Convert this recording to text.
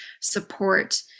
support